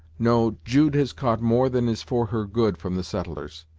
no, jude has caught more than is for her good from the settlers,